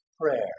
prayer